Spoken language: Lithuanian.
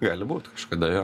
gali būt kažkada jo